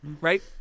Right